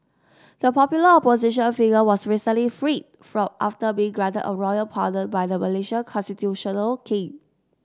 the popular opposition figure was recently freed fraud after being granted a royal pardon by the Malaysian constitutional king